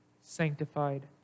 sanctified